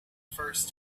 first